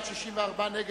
של קבוצת סיעת קדימה,